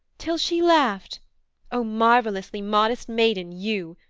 till she laughed o marvellously modest maiden, you!